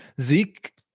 Zeke